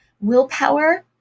willpower